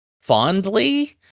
fondly